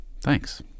Thanks